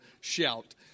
shout